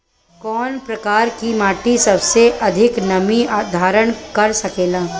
कौन प्रकार की मिट्टी सबसे अधिक नमी धारण कर सकेला?